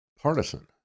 partisan